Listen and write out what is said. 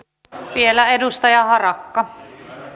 vielä edustaja harakka